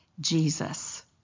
Jesus